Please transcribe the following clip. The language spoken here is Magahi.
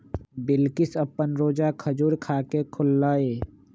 बिलकिश अप्पन रोजा खजूर खा के खोललई